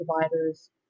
providers